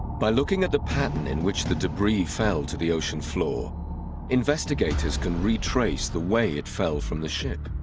by looking at the pattern in which the debris fell to the ocean floor investigators can retrace the way it fell from the ship